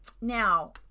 Now